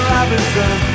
Robinson